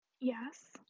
Yes